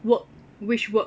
work which work